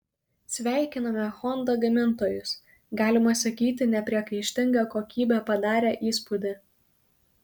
sveikiname honda gamintojus galima sakyti nepriekaištinga kokybė padarė įspūdį